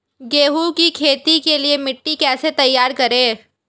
गेहूँ की खेती के लिए मिट्टी कैसे तैयार करें?